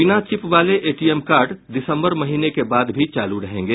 बिना चिप वाले एटीएम कार्ड दिसंबर महीने के बाद भी चालू रहेंगे